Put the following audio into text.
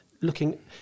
looking